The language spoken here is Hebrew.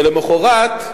ולמחרת,